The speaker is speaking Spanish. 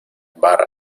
barr